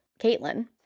Caitlin